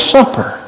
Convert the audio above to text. Supper